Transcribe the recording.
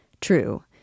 True